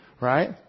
Right